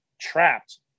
trapped